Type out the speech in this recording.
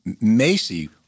Macy